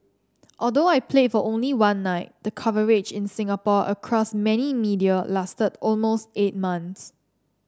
although I played for only one night the coverage in Singapore across many media lasted almost eight months